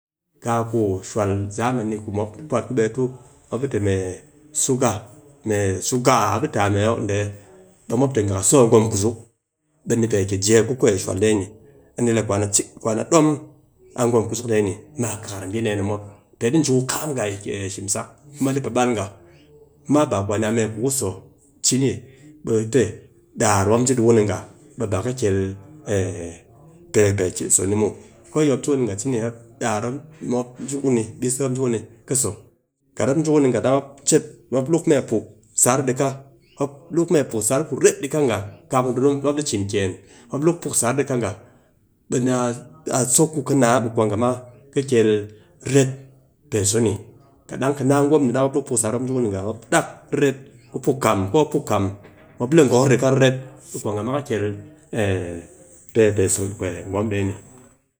Kaa ku shwal zamani ku mop puwat ku ɓe tu mop ɗi tɨ mee suga, me suga aa, a mop ɗi taa a mee oo dee ɓe mop tɨ ngha kɨ so a gwom kuzuk, ɓe ni pe ki jee ku shwal dee ni. A ni le kwan a dom a gwom kuzuk dee ni ma kakar bii dee ni mop. Pe ɗi ji ku kakam ngha yi shimsak kuma ɗi pe bal ngha. kuma ba kwania mee ku kɨ so cini daar mop ji ɗi ku ni ngha ba ka kel ko yi mop ji ku ni ngha cini, daa mop ji ku ni, bitse mop ji ku ni, kɨ so. Kat mop ji ku ni ngha, mop chet, mop luk mee puk sar dika, mop luk mee puk sar ku ret dika ngha, kaa ku mop ɗi cin kyen, mop luk puk sar dika ngha bii nia a so ku ka naa bii kwa ngha ma kɨ ret pe so ni, kat dang kɨ naa gwom ni dang mop pus puk sar mop ji ku ni ngha, mop dang riret ku puk kam, ko puk kam, mop le ngokor dika riret, ɓe kwa ngha ma kɨ kel peh pe so gwom dee ni